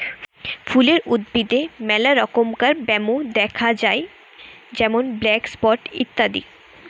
ফুলের উদ্ভিদে মেলা রমকার ব্যামো দ্যাখা যায় যেমন ব্ল্যাক স্পট ইত্যাদি